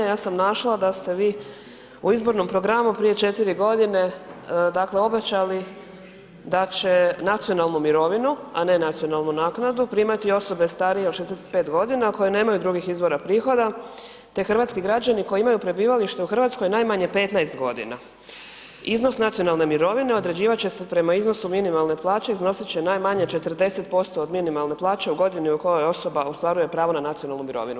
Ja sam našla da ste vi u izbornom programu prije 4.g., dakle obećali da će nacionalnu mirovinu, a ne nacionalnu naknadu primati osobe starije od 65.g. koje nemaju drugih izvora prihoda, te hrvatski građani koji imaju prebivalište u RH najmanje 15.g. Iznos nacionalne mirovine određivat će se prema iznosu minimalne plaće i iznosit će najmanje 40% od minimalne plaće u godini u kojoj osoba ostvaruje pravo na nacionalnu mirovinu.